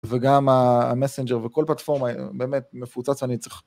וגם המסנג'ר וכל פלטפורמה, באמת מפוצץ אני צריך...